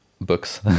books